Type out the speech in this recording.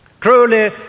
Truly